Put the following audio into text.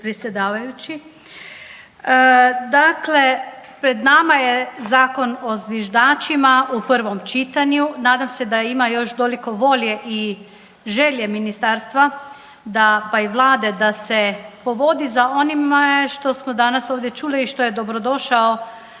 Dakle, pred nama je Zakon o zviždačima u prvom čitanju. Nadam se da ima još toliko volje i želje ministarstva, pa i Vlade da se povodi za onime što smo danas ovdje čuli i što je dobro došao